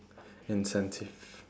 incentive